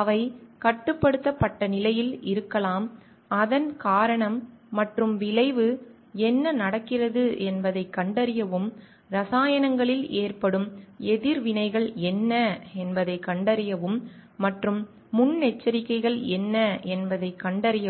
அவை கட்டுப்படுத்தப்பட்ட நிலையில் இருக்கலாம் அதன் காரணம் மற்றும் விளைவு என்ன நடக்கிறது என்பதைக் கண்டறியவும் இரசாயனங்களில் ஏற்படும் எதிர்வினைகள் என்ன என்பதைக் கண்டறியவும் மற்றும் முன்னெச்சரிக்கைகள் என்ன என்பதைக் கண்டறியவும்